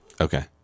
Okay